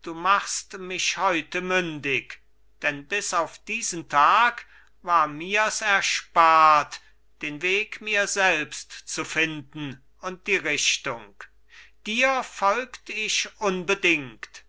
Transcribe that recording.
du machst mich heute mündig denn bis auf diesen tag war mirs erspart den weg mir selbst zu finden und die richtung dir folgt ich unbedingt